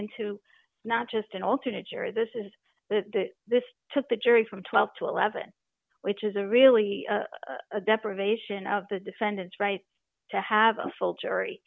into not just an alternate jury this is this took the jury from twelve to eleven which is a really a deprivation of the defendant's right to have a full j